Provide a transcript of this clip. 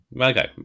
Okay